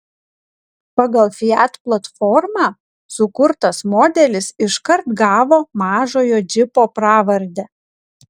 pagal fiat platformą sukurtas modelis iškart gavo mažojo džipo pravardę